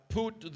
put